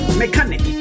mechanic